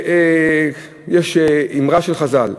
יש אמרה של חז"ל: